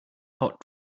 hot